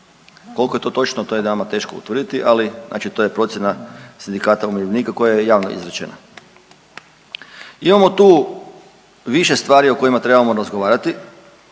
Koliko je to točno, to je nama teško utvrditi, ali znači to je procjena sindikata umirovljenika koja je javno izrečena. Imamo tu više stvari o kojima trebamo razgovarati,